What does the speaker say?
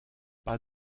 pas